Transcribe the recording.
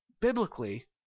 biblically